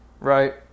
right